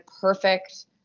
perfect